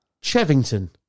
Chevington